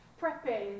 prepping